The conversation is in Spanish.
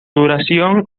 duración